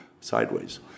sideways